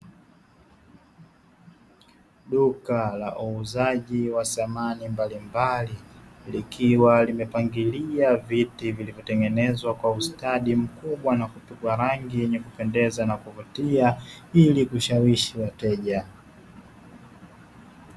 Duka la wauzaji wa samani mbalimbali, likiwa limepangilia viti vilivyotengenezwa kwa ustadi mkubwa na kupigwa rangi yenye kupendeza na kuvutia, ili kushawishi wateja.